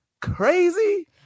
crazy